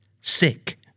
sick